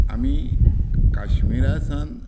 आमी काश्मिरासान